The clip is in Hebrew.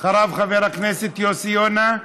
אחריו, חבר הכנסת יוסי יונה.